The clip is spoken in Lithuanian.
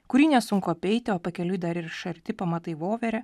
kurį nesunku apeiti o pakeliui dar iš arti pamatai voverę